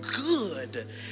good